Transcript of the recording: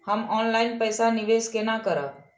हम ऑनलाइन पैसा निवेश केना करब?